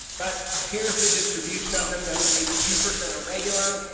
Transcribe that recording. but here's the distribution of them. notice eighty two percent are regular,